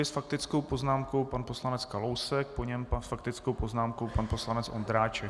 S faktickou poznámkou pan poslanec Kalousek, po něm s faktickou poznámkou pan poslanec Ondráček.